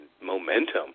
Momentum